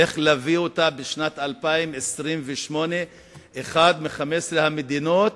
איך להביא אותה בשנת 2028 להיות אחת מ-15 המדינות